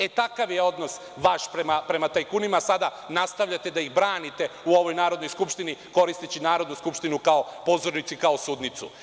E, takav je odnos vaš prema tajkunima, a sada nastavljate da ih branite u ovoj Narodnoj skupštini, koristeći Narodnu skupštinu kao pozornicu i kao sudnicu.